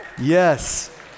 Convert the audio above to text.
yes